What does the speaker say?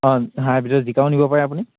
অঁ হাইব্ৰীডৰ জিকাও নিব পাৰে আপুনি